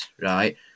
right